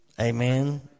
Amen